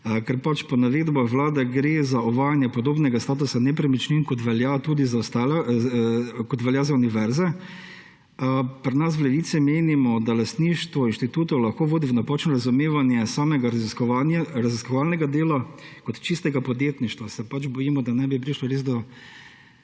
Ker po navedbah Vlade gre za uvajanje podobnega statusa nepremičnin kot to velja za univerze, pri nas v Levici pa menimo, da lastništvo inštitutov lahko vodi v napačno razumevanje samega raziskovalnega dela kot čistega podjetništva. Pač bojimo se, da ne bi prišlo res do